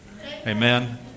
Amen